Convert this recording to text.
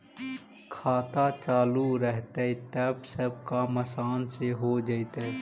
खाता चालु रहतैय तब सब काम आसान से हो जैतैय?